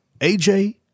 AJ